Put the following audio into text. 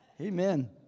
Amen